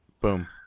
Boom